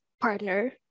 partner